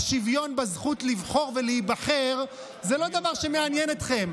השוויון בזכות לבחור ולהיבחר זה לא דבר שמעניין אתכם.